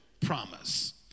promise